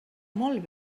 molt